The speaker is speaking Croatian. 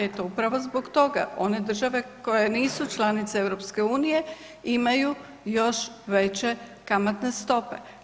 Eto, upravo zbog toga, one države koje nisu članice EU imaju još veće kamatne stope.